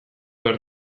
behar